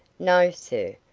no, sir.